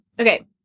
okay